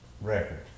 record